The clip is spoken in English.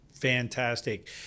Fantastic